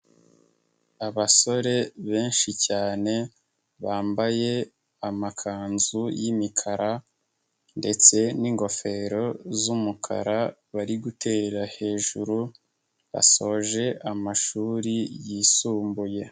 Abasore benshi cyane bambaye amakanzu y'imikara ndetse n'ingofero z'umukara bari guterera hejuru basoje amashuri yisumbuye.